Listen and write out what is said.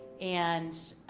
and